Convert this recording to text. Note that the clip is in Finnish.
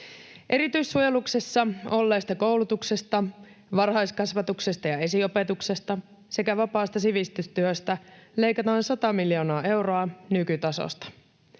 Erityissuojeluksessa olleesta koulutuksesta, varhaiskasvatuksesta ja esiopetuksesta sekä vapaasta sivistystyöstä leikataan 100 miljoonaa euroa nykytasosta.